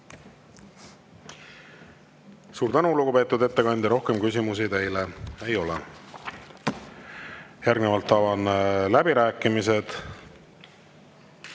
Suur tänu, lugupeetud ettekandja! Küsimusi teile ei ole. Järgnevalt avan läbirääkimised.